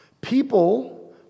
People